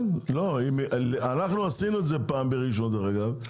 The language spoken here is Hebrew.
אנחנו עשינו את זה פעם בראשון, דרך אגב.